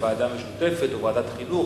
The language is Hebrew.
ועדה משותפת או ועדת החינוך.